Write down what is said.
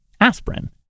aspirin